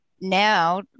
now